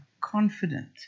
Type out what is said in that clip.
confident